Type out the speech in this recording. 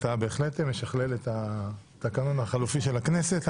אתה בהחלט משכלל את התקנון החלופי של הכנסת.